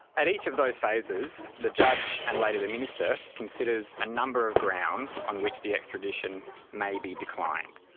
at each of those phases, the judge and later the minister considers a number of grounds on which the extradition may be declined.